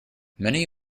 many